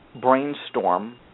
brainstorm